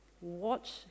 watch